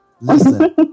Listen